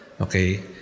okay